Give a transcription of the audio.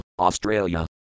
Australia